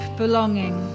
belonging